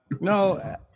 No